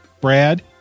Brad